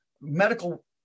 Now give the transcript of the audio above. medical